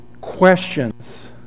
questions